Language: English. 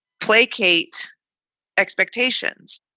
placate expectations.